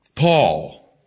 Paul